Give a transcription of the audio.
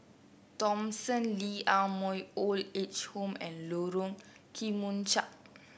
Thomson Lee Ah Mooi Old Age Home and Lorong Kemunchup